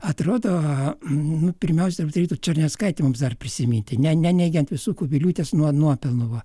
atrodo nu pirmiausia mums reiktų černiauskaitę mums dar prisiminti ne neneigiant visų kubiliūtės nuo nuopelnų va